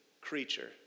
creature